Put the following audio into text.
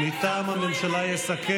איך אתה יכול להשוות?